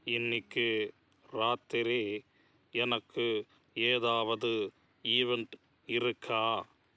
இன்னிக்கு ராத்திரி எனக்கு ஏதாவது ஈவென்ட் இருக்கா